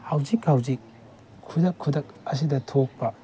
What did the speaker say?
ꯍꯧꯖꯤꯛ ꯍꯧꯖꯤꯛ ꯈꯨꯗꯛ ꯈꯨꯗꯛ ꯑꯁꯤꯗ ꯊꯣꯛꯄ